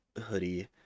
hoodie